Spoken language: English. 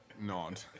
nod